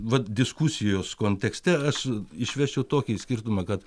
vat diskusijos kontekste aš išvesčiau tokį skirtumą kad